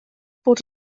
bod